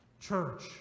church